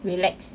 relax